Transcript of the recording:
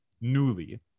newly